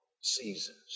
seasons